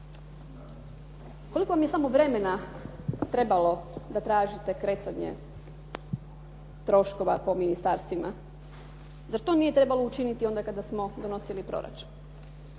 Koliko vam je samo vremena trebalo da tražite kresanje troškova po ministarstvima. Zar to nije trebalo učiniti onda kada smo donosili proračune.